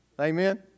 Amen